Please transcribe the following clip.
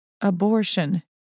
Abortion